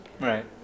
right